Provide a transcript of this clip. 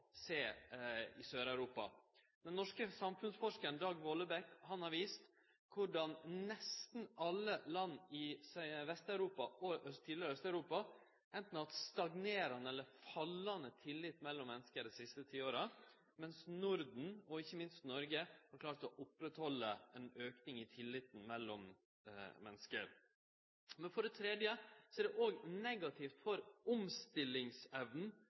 ser, er korleis tilliten mellom folk og tilliten til styresmakter vert redusert i mange land. Det er bl.a. delar av det vi no kan sjå i Sør-Europa. Den norske samfunnsforskaren Dag Wollebæk har vist korleis mest alle land i Vest-Europa og tidlegare Aust-Europa anten har hatt stagnerande eller fallande tillit mellom menneske det siste tiåret, mens Norden, og ikkje minst Noreg, har klart å oppretthalde ein auke i tilliten mellom menneske. For det